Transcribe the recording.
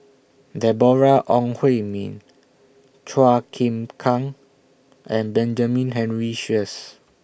Deborah Ong Hui Min Chua Chim Kang and Benjamin Henry Sheares